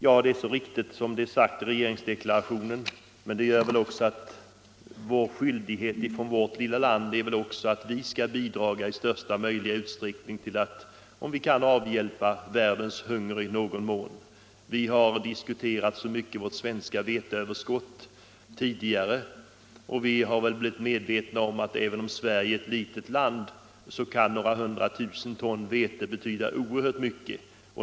Ja, det är så riktigt som det är sagt i regeringsdeklarationen, men det skapar väl också skyldighet för vårt lilla land att i största möjliga utsträckning bidra och, om vi kan, i någon mån avhjälpa världens hunger. Vi har diskuterat vårt svenska veteöverskott så mycket tidigare, och vi har blivit medvetna om att även om Sverige är ett litet land kan några hundra tusen ton vete betyda oerhört mycket.